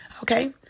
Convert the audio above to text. okay